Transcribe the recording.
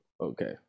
okay